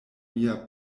mia